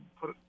put